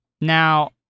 Now